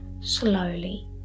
slowly